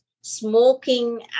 smoking